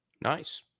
Nice